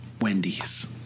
Wendy's